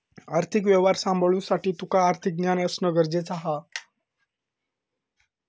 आर्थिक व्यवहार सांभाळुसाठी तुका आर्थिक ज्ञान असणा गरजेचा हा